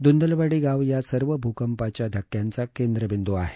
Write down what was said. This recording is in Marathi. दुंडलवाडी गाव या सर्व भूकंपाच्या धक्क्यांचं केंद्रबिंदू आहे